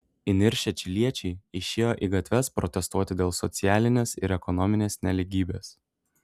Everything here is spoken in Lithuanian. įniršę čiliečiai išėjo į gatves protestuoti dėl socialinės ir ekonominės nelygybės